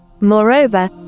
Moreover